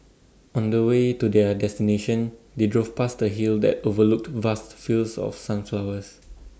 on the way to their destination they drove past A hill that overlooked vast fields of sunflowers